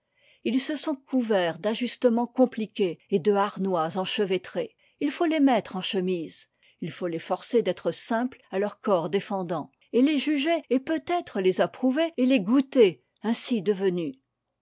ils se sont couverts d'ajustements compliqués et de harnois enchevêtrés il faut les mettre en chemise il faut les forcer d'être simples à leur corps défendant et les juger et peut-être les approuver et les goûter ainsi devenus